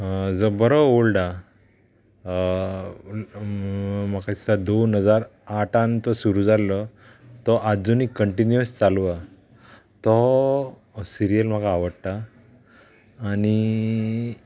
जो बरो ओल्ड आहा म्हाका दिसता दोन हजार आठान तो सुरू जाल्लो तो आजूनी कंटिन्यूअस चालू आहा तो सिरियल म्हाका आवडटा आनी